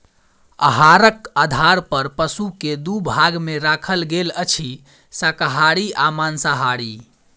आहारक आधार पर पशु के दू भाग मे राखल गेल अछि, शाकाहारी आ मांसाहारी